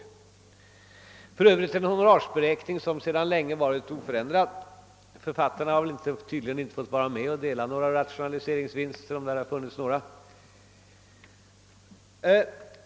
Det är för övrigt en honorarsberäkning som sedan länge varit oförändrad. Författarna har tydligen inte fått vara med om att dela på några rationaliseringsvinster, om sådana gjorts.